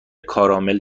کارامل